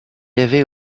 avait